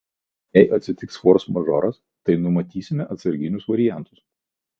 jei atsitiks forsmažoras tai numatysime atsarginius variantus